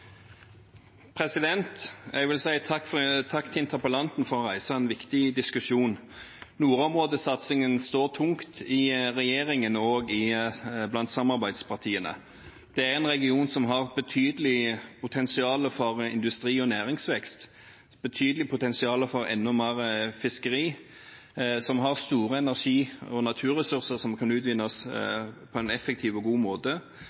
centimeter. Jeg vil si takk til interpellanten for å reise en viktig diskusjon. Nordområdesatsingen står tungt i regjeringen og blant samarbeidspartiene. Det er en region som har betydelig potensial for industri og næringsvekst, betydelig potensial for enda mer fiskeri, en region som har store energi- og naturressurser som kunne utvinnes på en effektiv og god måte,